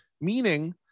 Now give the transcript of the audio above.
Meaning